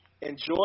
Enjoy